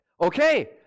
Okay